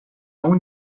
اون